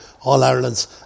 All-Irelands